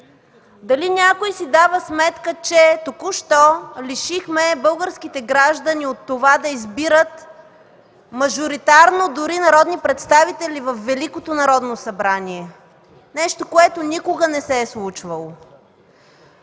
Дали някой си дава сметка, че току-що лишихме българските граждани да избират мажоритарно народни представители дори във Великото народно събрание – нещо, което никога не се е случвало.